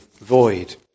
void